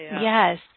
Yes